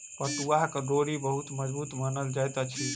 पटुआक डोरी बहुत मजबूत मानल जाइत अछि